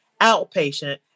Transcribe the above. outpatient